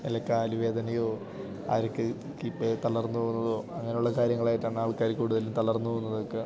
അല്ലേ കാലു വേദനയോ അവർക്ക് കീപ്പേ തളർന്നു പോകുന്നതോ അങ്ങനെയുള്ള കാര്യങ്ങളായിട്ടാണ് ആൾക്കാർ കൂടുതലും തളർന്നു പോകുന്നതൊക്കെ